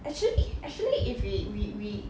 actually actually if we we we